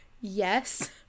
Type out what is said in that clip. Yes